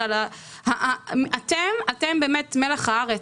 אתם באמת מלח הארץ.